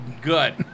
Good